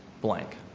blank